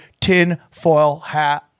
TINFOILHAT